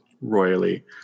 royally